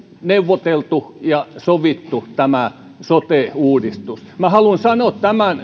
neuvoteltu ja sovittu tämä sote uudistus haluan sanoa tämän